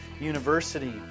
University